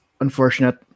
unfortunate